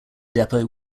depot